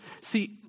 See